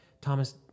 Thomas